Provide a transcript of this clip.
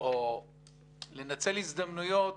ולא לנצל הזדמנויות